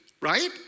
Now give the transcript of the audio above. right